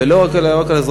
ולא רק על אזרחים,